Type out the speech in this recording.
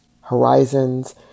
horizons